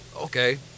Okay